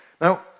Now